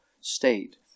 state